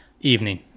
Evening